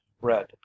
red